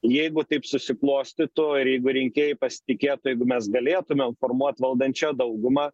jeigu taip susiklostytų ar jeigu rinkėjai pasitikėtų jeigu mes galėtumėm formuot valdančią daugumą